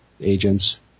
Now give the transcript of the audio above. agents